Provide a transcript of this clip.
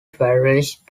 federalist